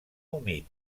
humit